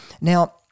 now